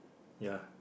ya